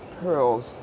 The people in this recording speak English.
pearls